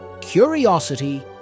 curiosity